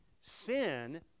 sin